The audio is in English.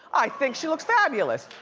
i think she looks fabulous.